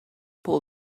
pull